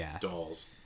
dolls